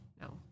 no